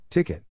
Ticket